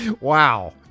wow